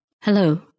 Hello